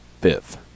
fifth